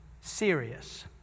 serious